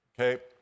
okay